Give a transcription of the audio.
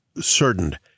certain